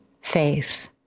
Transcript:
faith